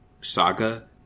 saga